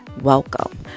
welcome